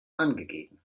angegeben